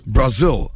Brazil